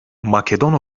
makedon